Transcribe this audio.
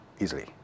easily